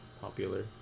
popular